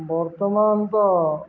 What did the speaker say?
ବର୍ତ୍ତମାନ ତ